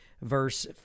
verse